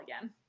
again